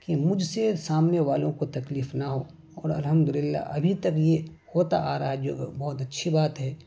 کہ مجھ سے سامنے والوں کو تکلیف نہ ہو اور الحمد للہ ابھی تک یہ ہوتا آ رہا ہے جو بہت اچھی بات ہے